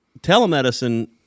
telemedicine